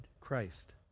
christ